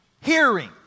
hearing